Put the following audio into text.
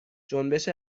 جنبش